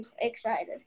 excited